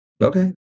okay